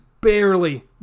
barely